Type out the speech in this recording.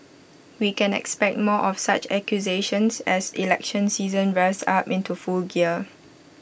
we can expect more of such accusations as election season revs up into full gear